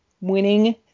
winning